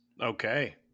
Okay